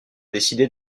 décidé